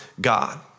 God